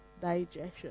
digestion